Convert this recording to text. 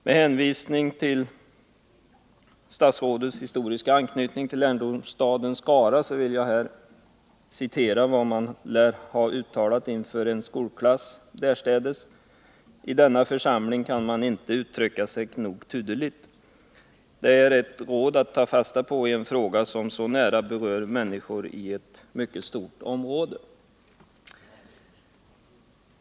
Med tanke på statsrådets historiska anknytning till lärdomsstaden Skara vill jag citera vad man lär ha uttalat inför en skolklass därstädes: I denna församling kan man inte uttrycka sig nok tudeligt. Det är bra att ta fasta på detta i en fråga som så nära berör människor i ett mycket stort område.